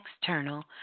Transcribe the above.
external